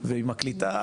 ועם הקליטה,